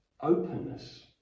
Openness